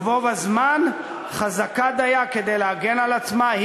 ובו בזמן חזקה דייה כדי להגן על עצמה,